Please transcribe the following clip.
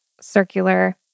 circular